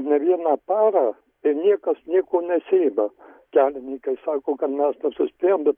ne vieną parą ir niekas nieko nesėda kelininkai sako kad mes nesuspėjom bet